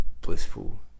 blissful